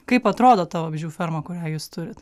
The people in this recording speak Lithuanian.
kaip atrodo ta vabzdžių ferma kurią jūs turit